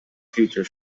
future